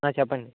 చెప్పండి